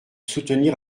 soutenir